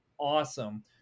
awesome